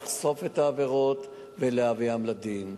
לחשוף את העבירות ולהביא לדין.